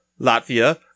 Latvia